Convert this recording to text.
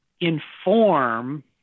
inform